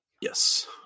Yes